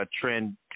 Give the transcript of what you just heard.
trend